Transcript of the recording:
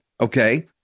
okay